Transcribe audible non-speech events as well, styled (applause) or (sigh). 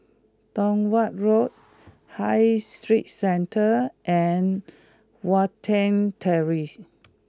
Tong Watt Road High Street Centre and Watten Terrace (noise)